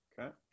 Okay